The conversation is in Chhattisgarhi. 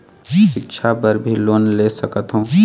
सिक्छा बर भी लोन ले सकथों?